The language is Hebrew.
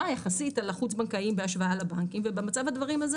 יחסית על החוץ בנקאיים בהשוואה לבנקים ובמצב דברים זה